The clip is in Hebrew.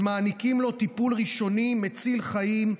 ומעניקים לו טיפול ראשוני מציל חיים,